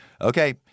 okay